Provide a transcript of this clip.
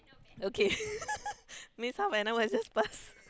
okay means half an hour just passed